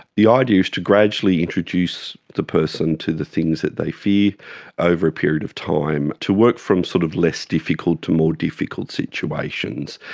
the idea is to gradually introduce the person to do things that they fear over a period of time, to work from sort of less difficult to more difficult situations.